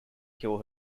kill